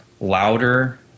louder